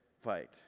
fight